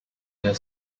near